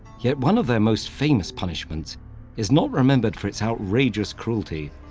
yet one of their most famous punishments is not remembered for its outrageous cruelty,